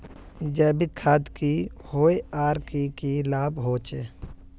जैविक खाद की होय आर की की लाभ होचे?